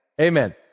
Amen